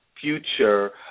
future